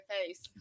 face